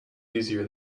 easier